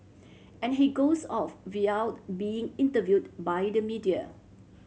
and he goes off without being interviewed by the media